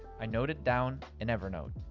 i note it down in evernote.